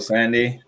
Sandy